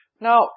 Now